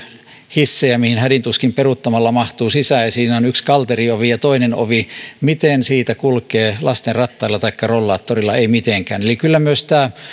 hissejä joihin hädin tuskin peruuttamalla mahtuu sisään ja joissa on yksi kalteriovi ja toinen ovi miten siitä kulkee lastenrattailla taikka rollaattorilla ei mitenkään eli kyllä myös tämä